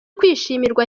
kwishimirwa